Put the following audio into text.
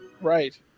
Right